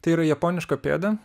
tai yra japoniška pėda